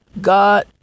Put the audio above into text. God